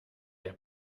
der